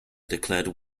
declared